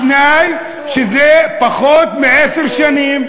בתנאי שזה פחות מעשר שנים.